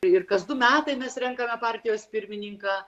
ir kas du metai mes renkame partijos pirmininką